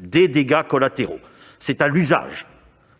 des dégâts collatéraux : c'est à l'usage